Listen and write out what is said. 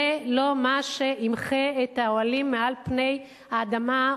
זה לא מה שימחה את האוהלים מעל פני האדמה,